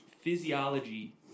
physiology